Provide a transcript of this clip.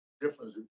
difference